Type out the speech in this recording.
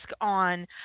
on